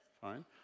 fine